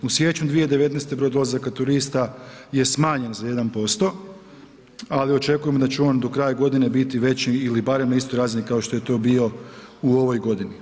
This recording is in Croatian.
U siječnju 2019. broj dolazaka turista je smanjen za 1%, ali očekujemo da će on do kraja godine biti veći ili barem na istoj razini kao što je to bio u ovoj godini.